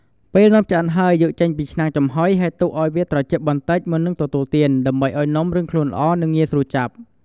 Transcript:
ពេលនំឆ្អិនហើយ យកចេញពីឆ្នាំងចំហុយ ហើយទុកឲ្យត្រជាក់បន្តិច មុននឹងទទួលទាន ដើម្បីឲ្យនំរឹងខ្លួនល្អ និងងាយស្រួលចាប់។